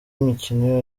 imikino